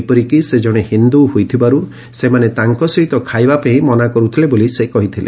ଏପରିକି ସେ ଜଣେ ହିନ୍ଦୁ ହୋଇଥିବାରୁ ସେମାନେ ତାଙ୍କ ସହିତ ଖାଇବାପାଇଁ ମନା କରୁଥିଲେ ବୋଲି ସେ କହିଥିଲେ